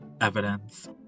evidence